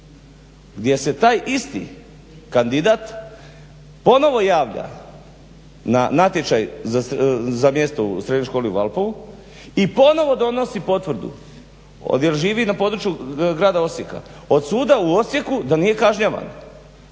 gdje se taj isti kandidat ponovo javlja na natječaj za mjesto u srednjoj školi u Valpovu i ponovo donosi potvrdu jer živi na području grada Osijeka, od suda u Osijeku da nije kažnjavan.